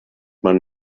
man